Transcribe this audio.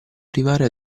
arrivare